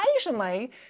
occasionally